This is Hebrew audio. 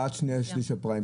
אחרון.